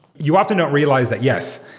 you often don't realize that, yes,